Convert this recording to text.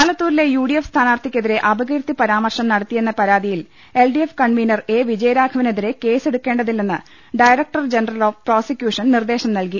ആലത്തൂരിലെ U D F സ്ഥാനാർത്ഥിക്കെതിരെ അപ കീർത്തി പരാമർശം നടത്തിയെന്ന കേസിൽ L D F convener A വിജയരാഘവനെതിരെ കേസെടുക്കേണ്ടതി ല്ലെന്ന് ഡറക്ടർ ജനറൽ ഓഫ് പ്രോസിക്യൂഷൻ നിർദ്ദേശം നൽകി